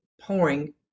pouring